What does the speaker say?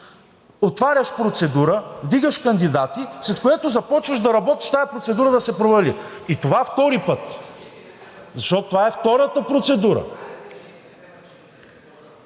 отваряш процедура, вдигаш кандидати, след което започваш да работиш тази процедура да се провали. И това втори път, защото това е втората процедура.